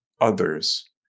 others